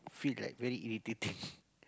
feel like very irritating